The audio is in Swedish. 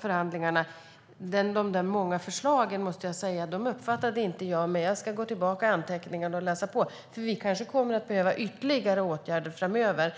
förhandlingarna, och de där många förslagen måste jag säga att jag inte uppfattade. Jag ska dock gå tillbaka i anteckningarna och läsa på. Vi kanske kommer att behöva ytterligare åtgärder framöver.